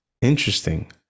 Interesting